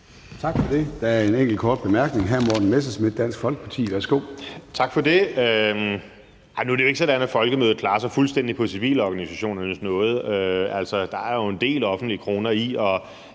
Tak for det. Der er en enkelt, der har korte bemærkninger. Hr. Morten Messerschmidt, Dansk Folkeparti. Værsgo. Kl. 13:56 Morten Messerschmidt (DF): Tak for det. Nu er det jo ikke sådan, at folkemøder klarer sig fuldstændig på civilorganisationernes nåde. Der er jo en del offentlige kroner i